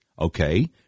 Okay